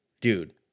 Dude